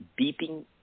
beeping